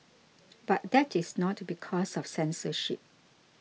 but that is not because of censorship